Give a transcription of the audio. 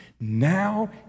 Now